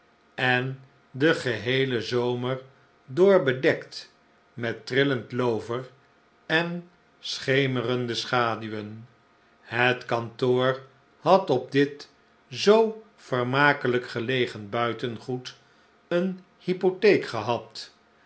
en den geheelen zomer door bedekt met trillend loover en schemerende schaduwen het kantoor had op dit zoo vermakelijk gelegen buitengoed eene hypotheek gehad